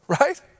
right